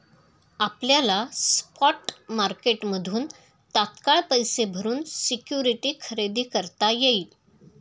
आपल्याला स्पॉट मार्केटमधून तात्काळ पैसे भरून सिक्युरिटी खरेदी करता येईल